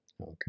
okay